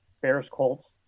Bears-Colts